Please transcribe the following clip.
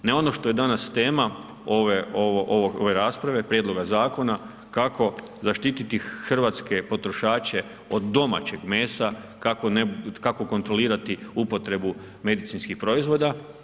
Ne ono što je danas tema ove rasprave prijedloga zakona, kako zaštiti hrvatske potrošače od domaćeg mesa, kako kontrolirati upotrebu medicinskih proizvoda.